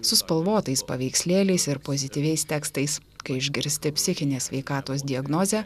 su spalvotais paveikslėliais ir pozityviais tekstais kai išgirsti psichinės sveikatos diagnozę